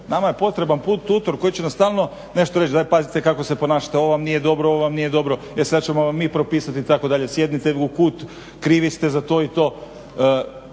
Nama je potreban tutor koji će nam stalno nešto reći, daj pazite kako se ponašate, ovo vam nije dobro, ovo vam nije dobro, e sad ćemo vam mi propisati itd., sjednite u kut, krivi ste za to i to.